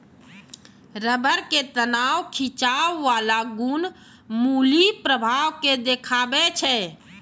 rubber के तनाव खिंचाव बाला गुण मुलीं प्रभाव के देखाबै छै